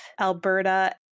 Alberta